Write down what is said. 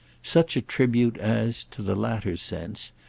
such a tribute as, to the latter's sense,